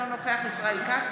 אינו נוכח ישראל כץ,